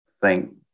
thank